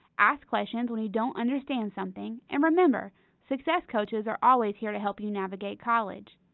ask questions when you don't understand something and remember success coaches are always here to help you navigate college.